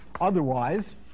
Otherwise